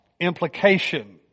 implication